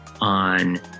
on